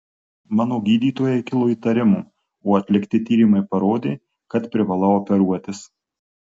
mano gydytojai kilo įtarimų o atlikti tyrimai parodė kad privalau operuotis